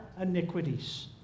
iniquities